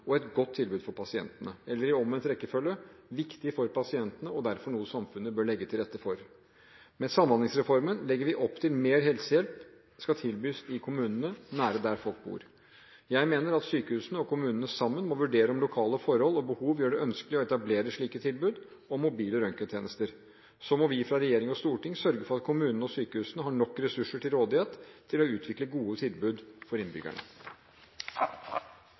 og et godt tilbud for pasientene – eller i omvendt rekkefølge: viktig for pasientene og derfor noe samfunnet bør legge til rette for. Med Samhandlingsreformen legger vi opp til at mer helsehjelp skal tilbys i kommunene nær der hvor folk bor. Jeg mener at sykehusene og kommunene sammen må vurdere om lokale forhold og behov gjør det ønskelig å etablere slike tilbud om mobile røntgentjenester. Så må vi fra regjering og storting sørge for at kommunene og sykehusene har nok ressurser til rådighet til å utvikle gode tilbud for innbyggerne.